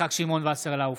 יצחק שמעון וסרלאוף,